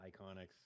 Iconics